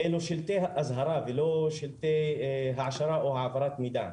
אבל אלו שלטי אזהרה ולא שלטי העשרה או העברת מידע.